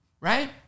right